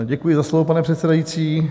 Děkuji za slovo, pane předsedající.